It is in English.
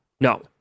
No